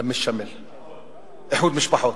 איחוד משפחות.